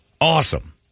Awesome